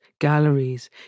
galleries